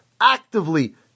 actively